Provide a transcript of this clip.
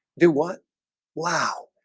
do what wow?